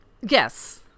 Yes